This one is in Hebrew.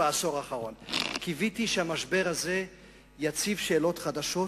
קיוויתי שהמשבר הזה יציב שאלות חדשות